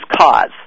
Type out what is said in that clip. cause